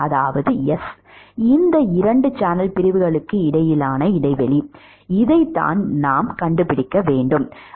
அதாவது S இந்த 2 channel பிரிவுகளுக்கு இடையிலான இடைவெளி இதுதான் நாம் கண்டுபிடிக்க வேண்டியது